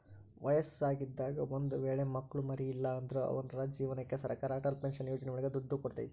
ವಯಸ್ಸಾಗಿದಾಗ ಒಂದ್ ವೇಳೆ ಮಕ್ಳು ಮರಿ ಇಲ್ಲ ಅಂದ್ರು ಅವ್ರ ಜೀವನಕ್ಕೆ ಸರಕಾರ ಅಟಲ್ ಪೆನ್ಶನ್ ಯೋಜನೆ ಒಳಗ ದುಡ್ಡು ಕೊಡ್ತೈತಿ